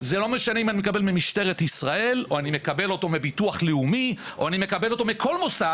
זה לא משנה אם אני מקבל ממשטרת ישראל או מהביטוח הלאומי או מכל מוסד,